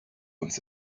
uns